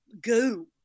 goo